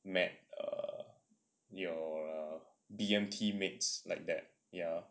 met err your err B_M_T mates like that ya